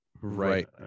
Right